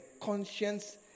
conscience